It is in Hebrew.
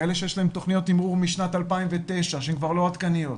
כאלה שיש להן תכניות תמרור משנת 2009 שהן כבר לא עדכניות.